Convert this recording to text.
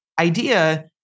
idea